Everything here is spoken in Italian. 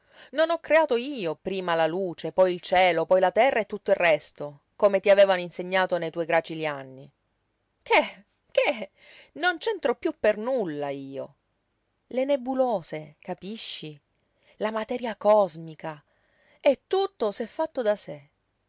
non ho creato io prima la luce poi il cielo poi la terra e tutto il resto come ti avevano insegnato ne tuoi gracili anni che che non c'entro piú per nulla io le nebulose capisci la materia cosmica e tutto s'è fatto da sé